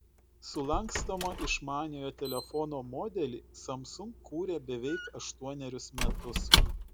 sulankstomą išmaniojo telefono modelį samsung kūrė beveik aštuonerius metus